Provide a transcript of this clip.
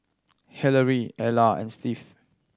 Hillary Ella and Steve